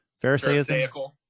Pharisaical